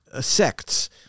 sects